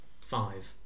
Five